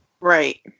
Right